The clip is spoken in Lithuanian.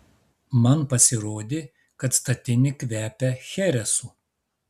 man pasirodė kad statinė kvepia cheresu